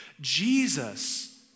Jesus